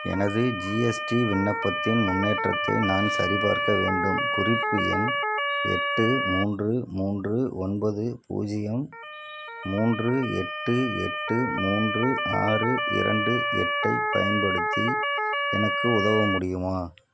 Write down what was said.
எனது ஜிஎஸ்டி விண்ணப்பத்தின் முன்னேற்றத்தை நான் சரிபார்க்க வேண்டும் குறிப்பு எண் எட்டு மூன்று மூன்று ஒன்பது பூஜ்ஜியம் மூன்று எட்டு எட்டு மூன்று ஆறு இரண்டு எட்டைப் பயன்படுத்தி எனக்கு உதவ முடியுமா